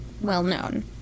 well-known